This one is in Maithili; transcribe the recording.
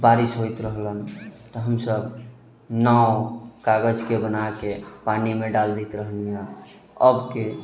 बारिश होत रहलन तऽ हमसब नाव कागजके बनाके पानिमे डाल देत रहली हँ अबके